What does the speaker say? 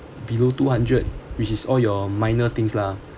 below two hundred which is all your minor things lah